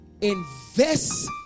invest